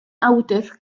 awdur